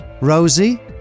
Rosie